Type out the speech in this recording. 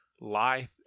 life